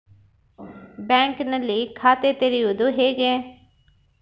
ಬ್ಯಾಂಕಿನಲ್ಲಿ ಖಾತೆ ತೆರೆಯುವುದು ಹೇಗೆ?